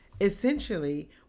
Essentially